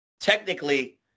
Technically